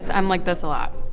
i'm like this a lot.